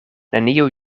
neniu